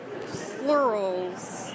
plurals